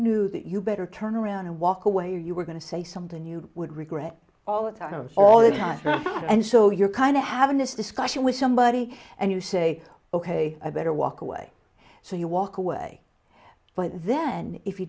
knew that you better turn around and walk away or you were going to say something you would regret all that aren't all that much and so you're kind of having this discussion with somebody and you say ok i better walk away so you walk away but then if you